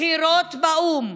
בכירות באו"ם,